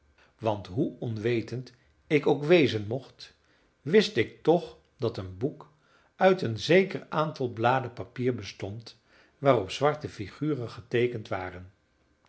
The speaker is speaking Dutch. want hoe onwetend ik ook wezen mocht wist ik toch dat een boek uit een zeker aantal bladen papier bestond waarop zwarte figuren geteekend waren